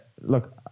look